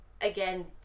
again